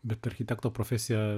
bet architekto profesiją